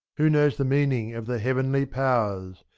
who knows the meaning of the heavenly powers?